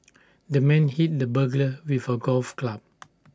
the man hit the burglar with A golf club